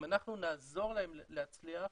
אם נעזור להם להצליח,